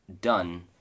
done